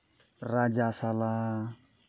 ᱨᱟᱡᱟ ᱥᱟᱞᱟ